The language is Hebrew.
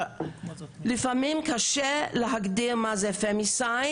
לפעמים קשה להגדיר מה זה רצח נשים,